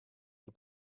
die